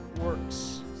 works